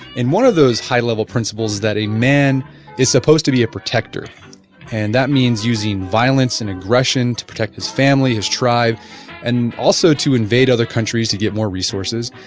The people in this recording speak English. and one of those high level principles that a man is supposed to be a protector and that means using violence and aggression to protect his family, his tribe and also to invade other countries to get more resources,